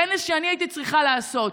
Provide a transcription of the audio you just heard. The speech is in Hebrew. כנס שאני הייתי צריכה לעשות,